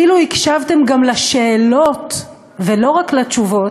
אילו הקשבתם גם לשאלות ולא רק לתשובות,